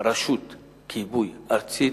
רשות כיבוי ארצית,